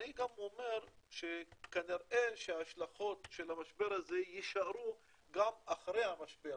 אני גם אומר שכנראה שההשלכות של המשבר הזה יישארו גם אחרי המשבר,